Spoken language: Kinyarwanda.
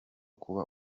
kuba